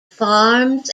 farms